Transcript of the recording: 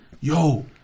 yo